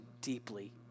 deeply